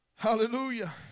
Hallelujah